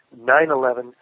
9-11